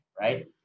Right